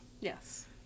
Yes